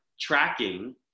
tracking